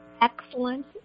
excellent